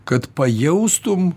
kad pajaustum